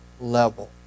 level